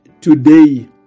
today